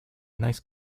nice